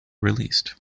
released